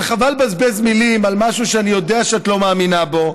אבל חבל לבזבז מילים על משהו שאני יודע שאת לא מאמינה בו,